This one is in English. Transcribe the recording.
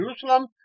Jerusalem